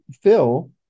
Phil